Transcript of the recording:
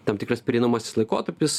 tam tikras pereinamasis laikotarpis